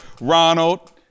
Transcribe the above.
Ronald